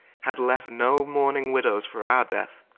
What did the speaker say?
had left no mourning widdowes for our death,